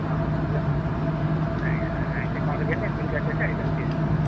ఆ మంచిదమ్మా అయితే కౌంటర్ కి వెళ్ళి నేను బిల్ కట్టేసి ఐటమ్స్ తీస్కుంటా